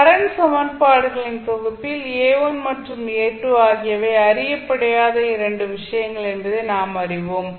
current சமன்பாடுகளின் தொகுப்பில் A1 மற்றும் A2 ஆகியவை அறியப்படாத 2 விஷயங்கள் என்பதை நாம் அறிவோம்